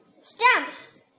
stamps